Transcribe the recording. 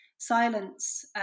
silence